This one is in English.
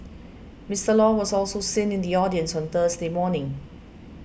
Mister Law was also seen in the audience on Thursday morning